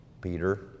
Peter